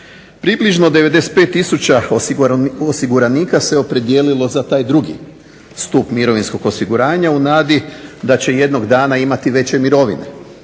Približno 95 tisuća osiguranika se opredijelilo za taj 2. Stup mirovinskog osiguranja u nadi da će jednog dana imati veće mirovine,